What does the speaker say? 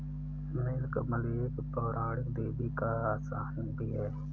नील कमल एक पौराणिक देवी का आसन भी है